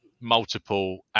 multiple